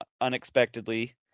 unexpectedly